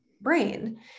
brain